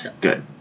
Good